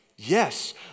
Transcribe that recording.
Yes